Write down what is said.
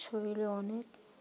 শরীরে অনেক